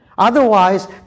Otherwise